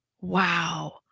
Wow